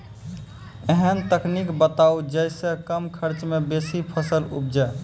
ऐहन तकनीक बताऊ जै सऽ कम खर्च मे बेसी फसल उपजे?